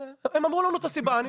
הם אמרו לנו את הסיבה.